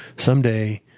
someday,